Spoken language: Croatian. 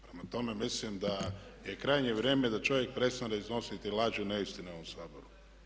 Prema tome, mislim da je krajnje vrijeme da čovjek prestane iznositi laži i neistine u ovom Saboru.